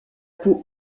peau